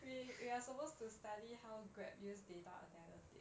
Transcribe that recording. we we are supposed to study how grab use data analytics